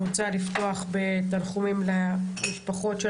אני רוצה לפתוח בתנחומים למשפחות של